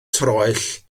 troell